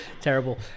Terrible